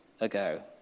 ago